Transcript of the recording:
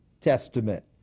Testament